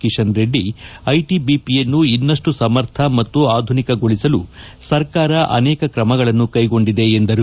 ಕಿಶನ್ ರೆಡ್ಡಿ ಐಟಿಐಪಿಯನ್ನು ಇನ್ನಷ್ಟು ಸಮರ್ಥ ಮತ್ತು ಆಧುನಿಕಗೊಳಿಸಲು ಸರ್ಕಾರ ಅನೇಕ ಕ್ರಮಗಳನ್ನು ಕ್ಲೆಗೊಂಡಿದೆ ಎಂದರು